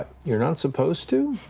you're not supposed to.